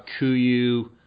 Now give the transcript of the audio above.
kuyu